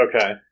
Okay